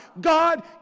God